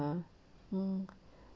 mm mm